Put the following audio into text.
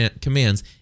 commands